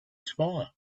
smaller